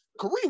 Kareem